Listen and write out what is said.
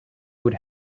would